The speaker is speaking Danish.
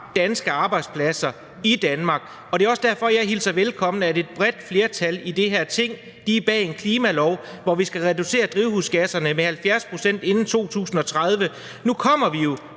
danske arbejdspladser i Danmark. Og det er også derfor, jeg hilser velkommen, at et bredt flertal i det her Ting står bag en klimalov, hvor vi skal reducere drivhusgasserne med 70 pct. inden 2030. Nu kommer vi jo